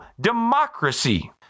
democracy